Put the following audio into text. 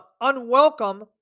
unwelcome